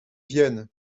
vienne